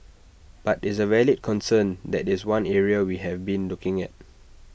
but is A valid concern that is one area we have been looking at